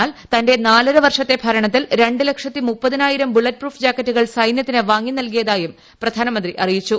എന്നാൽ തന്റെ നാലര വർഷത്തെ ഭരണത്തിൽ രണ്ട് ലക്ഷത്തി മുപ്പതിനായിരം ബുള്ളറ്റ് പ്രൂഫ് ജാക്കറ്റുകൾ സൈനൃത്തിന് വാങ്ങി നൽകിയതായും പ്രധാനമന്ത്രി പറഞ്ഞു